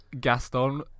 Gaston